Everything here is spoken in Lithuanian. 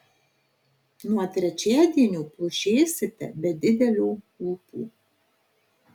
nuo trečiadienio plušėsite be didelio ūpo